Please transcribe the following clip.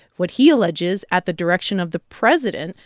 what he alleges, at the direction of the president,